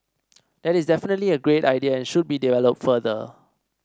that is definitely a great idea and should be developed further